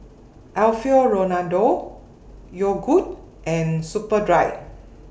Alfio Raldo Yogood and Superdry